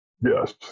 Yes